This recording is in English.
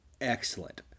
excellent